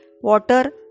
water